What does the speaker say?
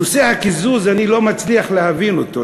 נושא הקיזוז אני לא מצליח להבין אותו.